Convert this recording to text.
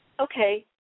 okay